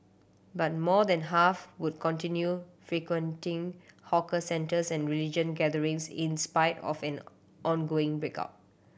but more than half would continue frequenting hawker centres and religion gatherings in spite of an ongoing break out